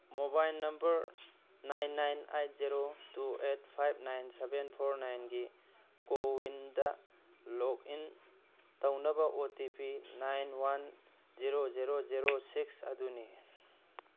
mobile number nine nine eight zero two eight five nine seven four ꯅꯥꯏꯟꯒꯤ ꯀꯣꯋꯤꯟꯗ ꯂꯣꯛꯏꯟ ꯇꯧꯅꯕ O T P nine one zero zero zero six ꯑꯗꯨꯅꯤ